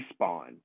Respawn